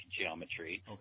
geometry